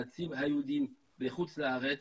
חצי מהיהודים בחוץ לארץ,